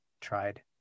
tried